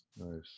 nice